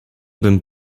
bym